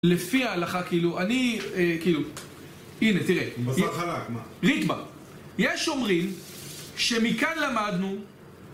לפי ההלכה, כאילו, אני, כאילו, הנה, תראה, ריתמה, יש שומרים שמכאן למדנו